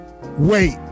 Wait